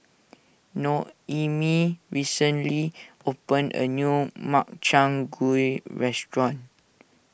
Noemie recently opened a new Makchang Gui Restaurant